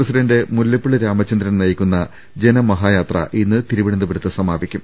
president Mullappally Ramachandran നയിക്കുന്ന ജനമ ഹായാത്ര ഇന്ന് തിരുവനന്തപുരത്ത് സമാപിക്കും